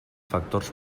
factors